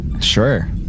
Sure